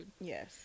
yes